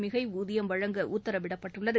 மிகை ஊதியம் வழங்க உத்தரவிடப்பட்டுள்ளது